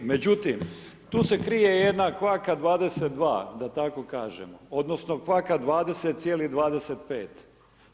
Međutim, tu se krije jedna kvaka 22, da tako kažemo, odnosno kvaka 20,25.